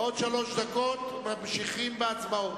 בעוד שלוש דקות ממשיכים בהצבעות.